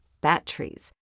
batteries